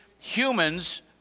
humans